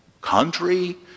country